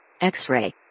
X-Ray